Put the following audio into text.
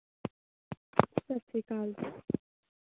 ਸਤਿ ਸ਼੍ਰੀ ਅਕਾਲ